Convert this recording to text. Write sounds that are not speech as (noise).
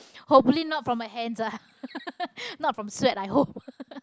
hopefully not from her hands ah (laughs) not from sweat i hope (laughs)